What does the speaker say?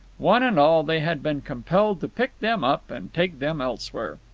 one and all, they had been compelled to pick them up and take them elsewhere.